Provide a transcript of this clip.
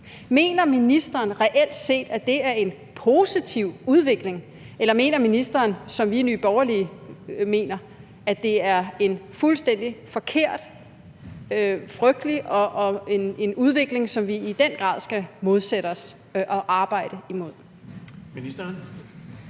Mener ministeren reelt set, at det er en positiv udvikling, eller mener ministeren, som vi i Nye Borgerlige mener, at det er en fuldstændig forkert og frygtelig udvikling, som vi i den grad skal modsætte os og arbejde imod?